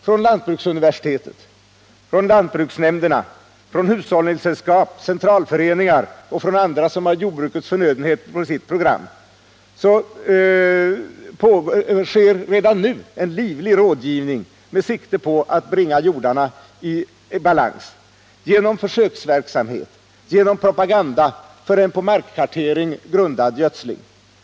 Från lantbruksuniversitet, från lantbruksnämnder, från hushållningssällskap, från centralföreningar och från andra, som har jordbrukets förnödenheter på sitt program, bedrivs en livlig rådgivning med sikte på att bringa jordarna i balans genom försöksverksamhet och genom propaganda för en på markkartering grundad gödsling.